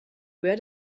where